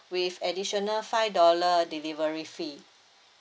with additional five dollar delivery fee